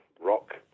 rock